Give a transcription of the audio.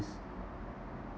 s~